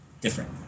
different